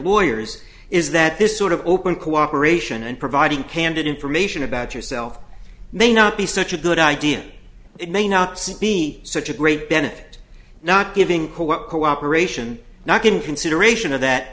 lawyers is that this sort of open cooperation and providing candid information about yourself may not be such a good idea it may not be such a great benefit not giving cooperation not given consideration of that